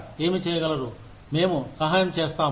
ఏమి చేయగలరు మేము సహాయం చేస్తాము